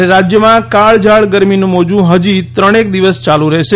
અને રાજ્યમાં કાળઝાળ ગરમીનુ મોજું હજી ત્રણેક દિવસ ચાલુ રહેશે